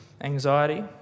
anxiety